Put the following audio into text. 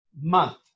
month